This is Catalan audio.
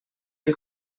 què